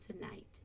tonight